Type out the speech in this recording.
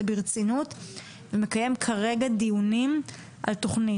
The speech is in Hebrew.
ברצינות ומקיים כרגע דיונים על תוכנית.